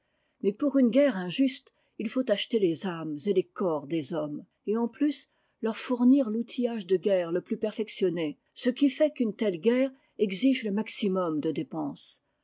mais pour une guerre injuste il faut acheter les âmes et les corps des hommes et en plus leur fournir l'outillage de guerre le plus perfectionné ce qui fait qu'une telle guerre exige le maximum de dépenses